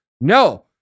No